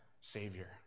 Savior